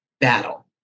battle